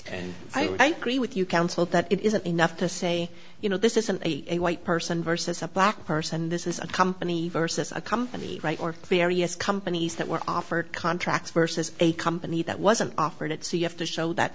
and i carry with you counsel that it isn't enough to say you know this isn't a white person versus a black person this is a company versus a company right or fair u s companies that were offered contracts versus a company that wasn't offered it so you have to show that